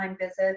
visits